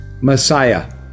Messiah